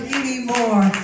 anymore